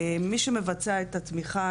מי שמבצע את התמיכה,